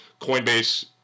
Coinbase